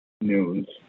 news